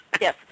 Yes